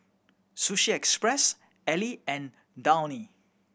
Sushi Express Elle and Downy